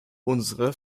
unsere